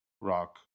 rock